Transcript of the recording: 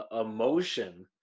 emotion